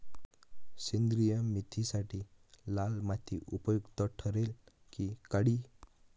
सेंद्रिय मेथीसाठी लाल माती उपयुक्त ठरेल कि काळी?